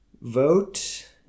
vote